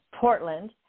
Portland